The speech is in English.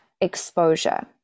exposure